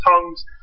tongues